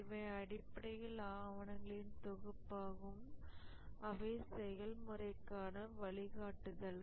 இவை அடிப்படையில் ஆவணங்களின் தொகுப்பாகும் அவை செயல்முறைக்கான வழிகாட்டுதல்கள்